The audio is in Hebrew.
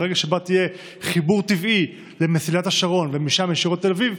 מהרגע שיהיה חיבור טבעי למסילת השרון ומשם ישירות לתל אביב,